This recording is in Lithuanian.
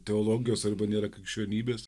teologijos arba nėra krikščionybės